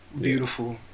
beautiful